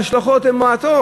ההשלכות הן מועטות.